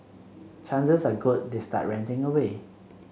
chances are good they start ranting away